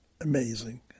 amazing